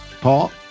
Paul